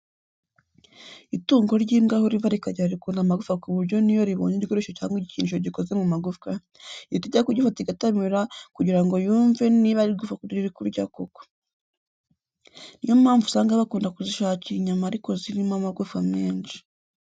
Itungo ry'imbwa aho riva rikagera rikunda amagufa ku buryo n'iyo ribonye igikoresho cyangwa igikinisho gikoze mu magufa, ihita ijya kugifata ikagitamira kugira ngo yumve niba ari igufa iri kurya koko. Niyo mpamvu usanga bakunda kuzishakira inyama ariko zirimo amagufa menshi.